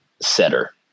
setter